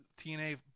TNA